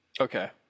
Okay